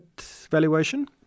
valuation